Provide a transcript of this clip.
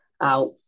out